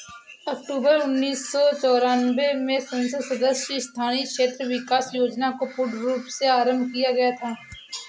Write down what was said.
अक्टूबर उन्नीस सौ चौरानवे में संसद सदस्य स्थानीय क्षेत्र विकास योजना को पूर्ण रूप से आरम्भ किया गया था